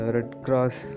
Red-Cross